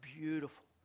beautiful